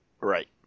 Right